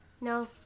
No